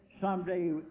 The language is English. someday